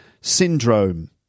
syndrome